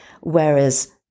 Whereas